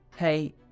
Hey